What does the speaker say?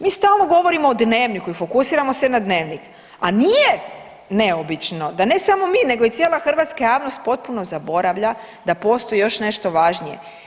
Mi stalno govorimo o Dnevniku i fokusiramo se na Dnevnik, a nije neobično da ne samo mi nego i cijela hrvatska javnost potpuno zaboravlja da postoji još nešto važnije.